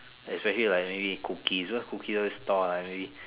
especially like maybe cookies you know cookies always store like maybe